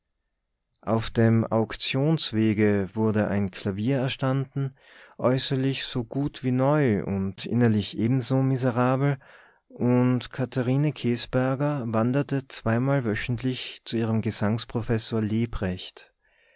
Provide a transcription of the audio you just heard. auf dem auktionswege wurde ein klavier erstanden äußerlich so gut wie neu und innerlich ebenso miserabel und katharine käsberger wanderte zweimal wöchentlich zu ihrem gesangsprofessor